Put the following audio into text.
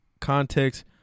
context-